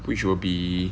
which will be